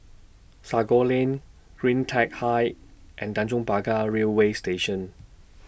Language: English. Sago Lane CleanTech Height and Tanjong Pagar Railway Station